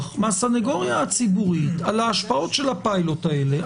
מהסנגוריה הציבורית על ההשפעות של הפילוט האלה.